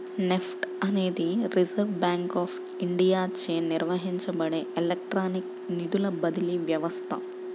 NEFT అనేది reserve bank of ఇండియాచే నిర్వహించబడే ఎలక్ట్రానిక్ నిధుల బదిలీ వ్యవస్థ